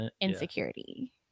insecurity